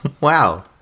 Wow